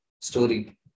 story